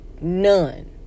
none